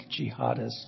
jihadists